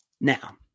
Now